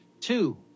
two